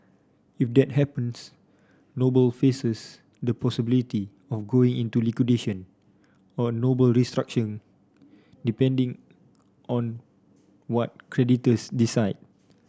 if that happens Noble faces the possibility of going into liquidation or a Noble restructuring depending on what creditors decide